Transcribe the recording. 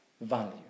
value